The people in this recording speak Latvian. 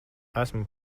esmu